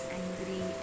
angry